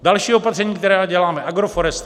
Další opatření, která děláme, agroforestry.